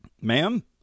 Ma'am